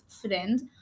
friends